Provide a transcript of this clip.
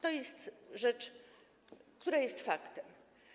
To jest rzecz, która jest faktem.